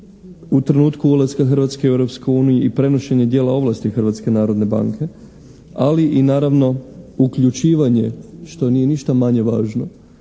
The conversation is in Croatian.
u trenutku ulaska Hrvatske u Europsku uniju i prenošenje dijela ovlasti Hrvatske narodne banke ali i naravno uključivanje što nije ništa manje važno